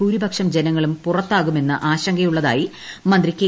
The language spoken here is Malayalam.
ഭൂരിപക്ഷം ജനങ്ങളും പുറത്താകുമെന്ന് ആശങ്കയുള്ളതായി മന്ത്രി കെ